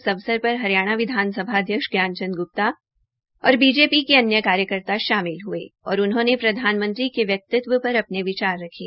इस अवसर पर हरियाणा विधानसभा अध्यक्ष ज्ञान चंद ग्प्ता और बीजेपी के कार्यकर्ता शामिल हये और उन्होंने प्रधानमंत्री के व्यक्तित्व पर अपने विचार रखें